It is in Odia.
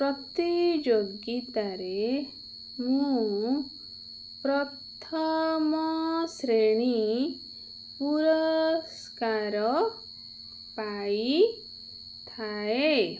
ପ୍ରତିଯୋଗିତାରେ ମୁଁ ପ୍ରଥମ ଶ୍ରେଣୀ ପୁରସ୍କାର ପାଇଥାଏ